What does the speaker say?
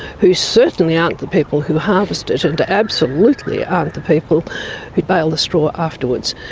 who certainly aren't the people who harvest it, and absolutely aren't the people who bale the straw afterwards.